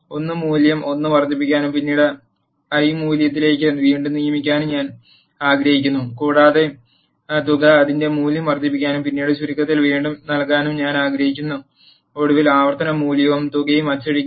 I മൂല്യം 1 വർദ്ധിപ്പിക്കാനും പിന്നീട് i മൂല്യത്തിലേക്ക് വീണ്ടും നിയമിക്കാനും ഞാൻ ആഗ്രഹിക്കുന്നു കൂടാതെ തുക അതിന്റെ മൂല്യം വർദ്ധിപ്പിക്കാനും പിന്നീട് ചുരുക്കത്തിൽ വീണ്ടും നൽകാനും ഞാൻ ആഗ്രഹിക്കുന്നു ഒടുവിൽ ആവർത്തന മൂല്യവും തുകയും അച്ചടിക്കുക